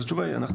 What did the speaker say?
אז התשובה היא,